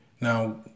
Now